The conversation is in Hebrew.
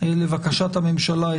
לבקשת הממשלה,